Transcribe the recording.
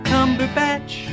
Cumberbatch